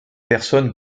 personnes